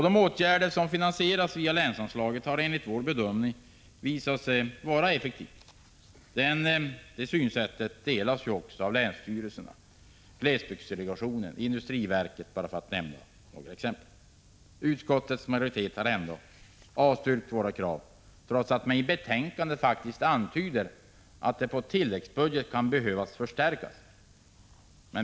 De åtgärder som finansieras via länsanslaget har enligt vår mening visat sig vara effektiva. Detta synsätt delas av länsstyrelser, glesbygdsdelegationen och industriverket, för att bara nämna några. Utskottets majoritet har ändå avstyrkt våra krav, trots att man i betänkandet antyder att det på tilläggsbudget kan behöva förstärkas.